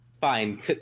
fine